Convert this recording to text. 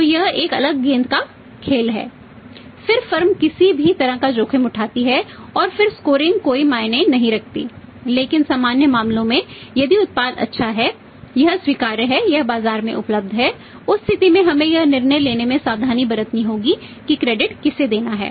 तो यह बढ़ते इन्वेंट्री किसे देना है